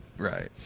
right